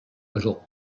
little